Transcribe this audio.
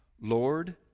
Lord